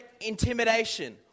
intimidation